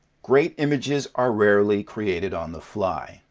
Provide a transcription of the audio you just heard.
great images are rarely created on the fly.